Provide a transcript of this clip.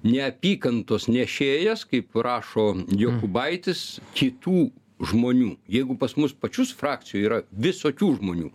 neapykantos nešėjas kaip rašo jokubaitis kitų žmonių jeigu pas mus pačius frakcijoj yra visokių žmonių